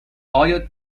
ایا